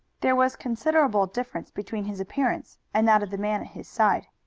there was considerable difference between his appearance and that of the man at his side.